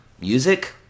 Music